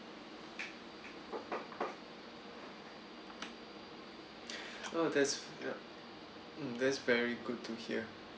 oh that's mm that's very good to hear